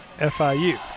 FIU